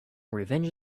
revenge